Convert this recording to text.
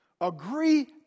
Agree